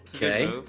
okay